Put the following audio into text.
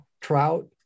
trout